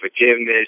forgiveness